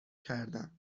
کردم